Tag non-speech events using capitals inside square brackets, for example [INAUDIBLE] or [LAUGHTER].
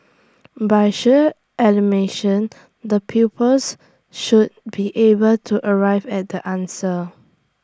[NOISE] by sheer [UNINTELLIGIBLE] the pupils should be able to arrive at the answer